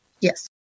Yes